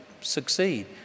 succeed